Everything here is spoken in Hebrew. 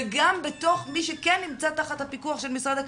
וגם בתוך מי שכן נמצא תחת הפיקוח של משרד הכלכלה,